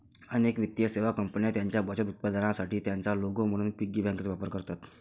अनेक वित्तीय सेवा कंपन्या त्यांच्या बचत उत्पादनांसाठी त्यांचा लोगो म्हणून पिगी बँकांचा वापर करतात